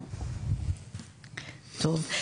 טוב,